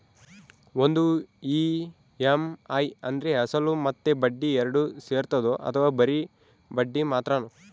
ಒಂದು ಇ.ಎಮ್.ಐ ಅಂದ್ರೆ ಅಸಲು ಮತ್ತೆ ಬಡ್ಡಿ ಎರಡು ಸೇರಿರ್ತದೋ ಅಥವಾ ಬರಿ ಬಡ್ಡಿ ಮಾತ್ರನೋ?